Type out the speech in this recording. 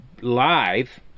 live